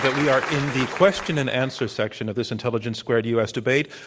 but we are in the question and answers section of this intelligence squared u. s. debate.